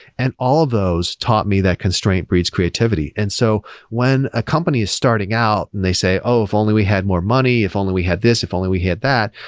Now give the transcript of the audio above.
and all those taught me that constraint breeds creativity. and so when a company is starting out and they say, oh! if only we had more money. if only we had this. if only we had that.